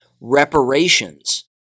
reparations